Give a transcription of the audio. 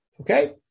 Okay